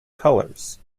colors